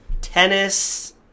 Tennis